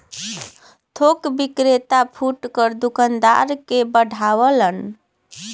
थोक विक्रेता फुटकर दूकानदार के बढ़ावलन